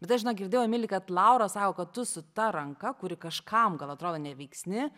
bet aš žinok girdėjau emili kad laura sako kad tu su ta ranka kuri kažkam gal atrodo neveiksni